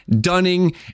Dunning